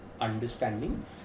understanding